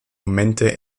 momente